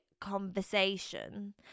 conversation